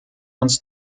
uns